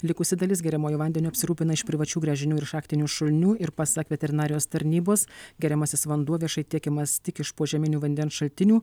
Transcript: likusi dalis geriamuoju vandeniu apsirūpina iš privačių gręžinių ir šachtinių šulinių ir pasak veterinarijos tarnybos geriamasis vanduo viešai tiekiamas tik iš požeminių vandens šaltinių